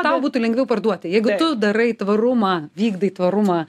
tau būtų lengviau parduoti jeigu tu darai tvarumą vykdai tvarumą